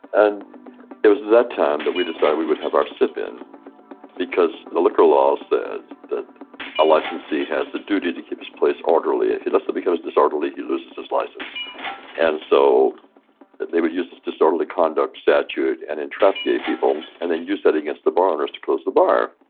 and it was at that time that we decided we would have our sip-in because the liquor law said that a licensee has the duty to keep his place orderly. if he lets it become disorderly, he loses his license and so they would use this disorderly conduct statute and entrap gay people and then use that against the bar owners to close the bar.